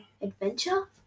Adventure